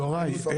יוראי,